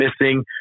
missing